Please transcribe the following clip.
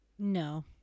No